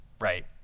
right